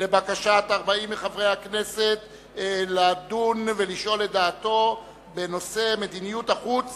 לבקשת 40 מחברי הכנסת לדון ולשאול את דעתו בנושא מדיניות החוץ